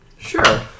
Sure